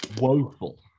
Woeful